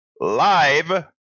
live